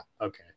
okay